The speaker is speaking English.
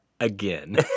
again